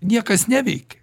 niekas neveikia